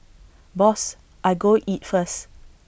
boss I go eat first